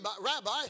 rabbi